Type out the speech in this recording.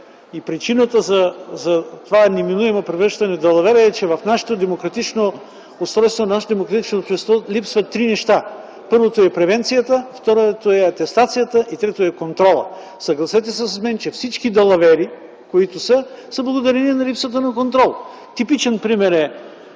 причината за това неминуемо превръщане в далавера е, че в устройството на нашето демократично общество липсват три неща. Първото е превенцията, второто е атестацията, а третото е контролът. Съгласете се с мен, че всички далавери са благодарение на липсата на контрол. Типичен пример е